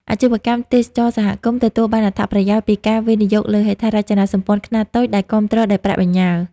អាជីវកម្មទេសចរណ៍សហគមន៍ទទួលបានអត្ថប្រយោជន៍ពីការវិនិយោគលើហេដ្ឋារចនាសម្ព័ន្ធខ្នាតតូចដែលគាំទ្រដោយប្រាក់បញ្ញើ។